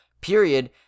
period